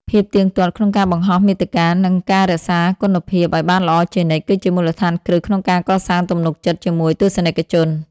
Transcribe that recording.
ភាពទៀងទាត់ក្នុងការបង្ហោះមាតិកា និងការរក្សាគុណភាពឱ្យបានល្អជានិច្ច គឺជាមូលដ្ឋានគ្រឹះក្នុងការកសាងទំនុកចិត្តជាមួយទស្សនិកជន។